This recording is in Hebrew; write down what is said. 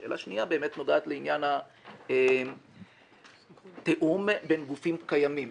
שאלה שנייה באמת נוגעת לעניין התיאום בין גופים קיימים,